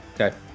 okay